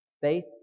Faith